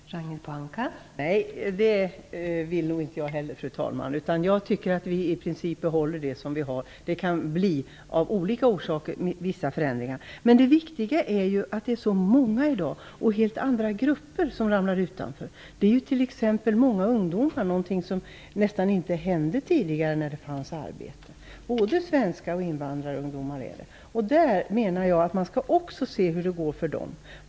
Fru talman! Det vill nog inte jag heller. Jag tycker att vi i princip skall behålla det vi har. Av olika orsaker kan det bli vissa förändringar. Det viktiga är ju att det är så många människor och nya grupper som i dag ramlar utanför. Det gäller t.ex. många ungdomar, vilket nästan aldrig hände tidigare. Det handlar om både svenska ungdomar och invandrarungdomar. Jag menar att man skall se efter hur det går för dem.